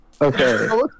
Okay